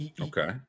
Okay